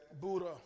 Buddha